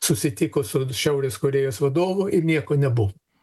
susitiko su šiaurės korėjos vadovu ir nieko nebuvo